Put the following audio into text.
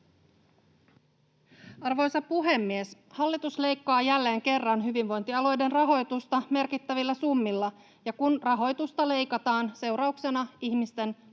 Arvoisa puhemies! Hallitus leikkaa jälleen kerran hyvinvointialueiden rahoitusta merkittävillä summilla, ja kun rahoitusta leikataan, sen seurauksena ihmisten hoitoonpääsyä